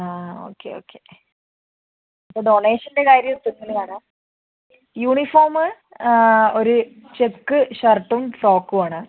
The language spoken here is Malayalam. ആ ഓക്കെ ഓക്കെ അപ്പം ഡൊണേഷൻ്റെ കാര്യം യൂണിഫോമ് ഒരു ചെക്ക് ഷർട്ടും ഫ്രോക്കും ആണ്